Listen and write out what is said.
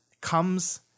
comes